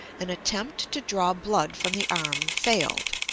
an attempt to draw blood from the arm failed.